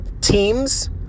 teams